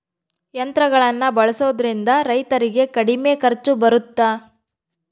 ಯಂತ್ರಗಳನ್ನ ಬಳಸೊದ್ರಿಂದ ರೈತರಿಗೆ ಕಡಿಮೆ ಖರ್ಚು ಬರುತ್ತಾ?